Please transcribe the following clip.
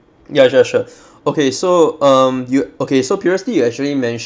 ya sure sure okay so um you okay so previously you actually mentioned